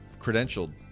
credentialed